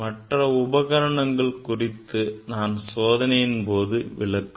மற்ற உபகரணங்கள் குறித்து சோதனையின்போது நான் விளக்குவேன்